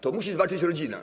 To musi zwalczyć rodzina.